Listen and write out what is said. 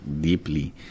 deeply